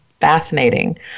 fascinating